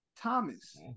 Thomas